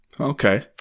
Okay